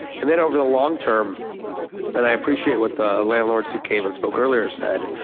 and then over the long term and i appreciate what the landlords who came and spoke earlier said,